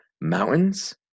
mountains